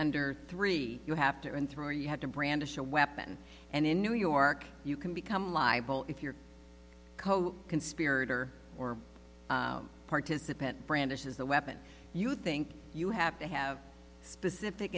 under three you have to earn through or you have to brandish a weapon and in new york you can become liable if your coconspirator or participant brandishes the weapon you think you have to have specific